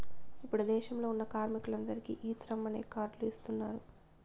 ఇప్పుడు దేశంలో ఉన్న కార్మికులందరికీ ఈ శ్రమ్ అనే కార్డ్ లు ఇస్తున్నారు